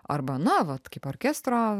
arba na vat kaip orkestro